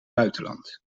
buitenland